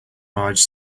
marge